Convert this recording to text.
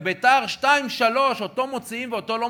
בביתר 2 3, אותו מוציאים ואותו לא מוציאים?